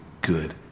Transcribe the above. good